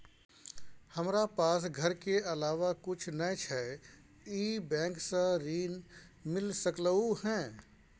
हमरा पास घर के अलावा कुछ नय छै ई बैंक स ऋण मिल सकलउ हैं?